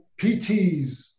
PTs